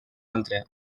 altre